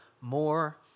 more